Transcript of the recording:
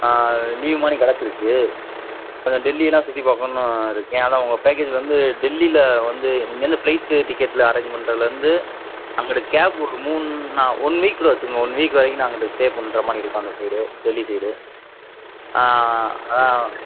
leave மாதிரி கிடச்சிருக்கு அதுதான் டெல்லியெலாம் சுற்றி பார்க்கணுன்னு இருக்கேன் அதுதான் உங்கள் பேக்கேஜ் வந்து டெல்லியில் வந்து இங்கேருந்து ஃப்ளைட்டு டிக்கெட்டில் அரேஞ்ச் பண்ணுறதுலேருந்து அங்க கேப் ஒரு மூணு ன ஒன் வீக் கூட வச்சுருங்க ஒன் வீக் வரைக்கும் நாங்கள் அங்கிட்டு ஸ்டே பண்ணுற மாதிரி இருக்கும் அந்த சைடு டெல்லி சைடு ஆ ஆ